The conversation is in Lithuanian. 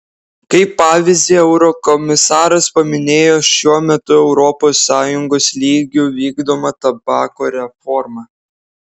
kaip pavyzdį eurokomisaras paminėjo šiuo metu europos sąjungos lygiu vykdomą tabako reformą